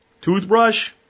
Toothbrush